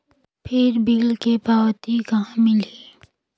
फिर बिल के पावती कहा मिलही?